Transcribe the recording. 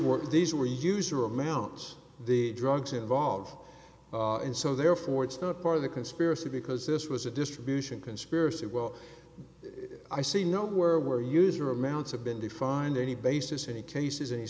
were these were user amounts the drugs involved and so therefore it's not part of the conspiracy because this was a distribution conspiracy well i see no where where user amounts have been defined any basis any cases any